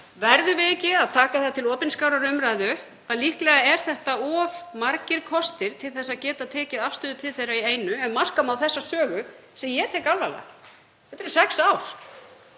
Verðum við ekki að taka það til opinskárrar umræðu að líklega eru þetta of margir kostir til að geta tekið afstöðu til þeirra í einu ef marka má þessa sögu, sem ég tek alvarlega? Þetta eru sex ár